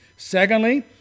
Secondly